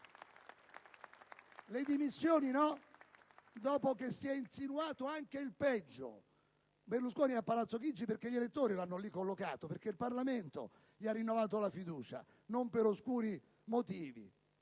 Le dimissioni no, dopo che si è insinuato anche il peggio! Berlusconi è a palazzo Chigi perché gli elettori lo hanno collocato lì e il Parlamento gli ha rinnovato la fiducia, non per oscuri motivi.